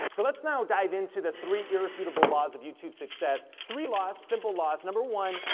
so let's now dive into the three irrefutable laws of youtube success. three laws, simple laws, number one,